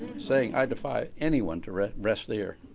saying, i defy anyone to rest rest there.